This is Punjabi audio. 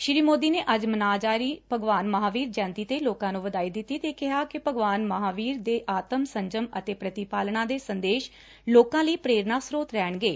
ਸ੍ਰੀ ਮੋਦੀ ਨੇ ਅੱਜ ਮਨਾਈ ਜਾ ਰਹੀ ਭਗਵਾਨ ਮਹਾਂਵੀਰ ਜੈਯੰਤੀ ਤੇ ਲੋਕਾਂ ਨੂੰ ਵਧਾਈ ਦਿੱਤੀ ਤੇ ਕਿਹਾ ਕਿ ਭਗਵਾਨ ਮਹਾਂਵੀਰ ਦੇ ਆਤਮ ਸੰਜਮ ਅਤੇ ਪ੍ਰਤੀਪਾਲਣਾ ਦੇ ਸੰਦੇਸ਼ ਲੋਕਾਂ ਲਈ ਪ੍ਰੇਰਨਾ ਸ੍ਰੋਤ ਰਹਿਣਗੇ